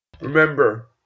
Remember